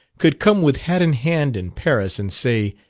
could come with hat in hand in paris, and say,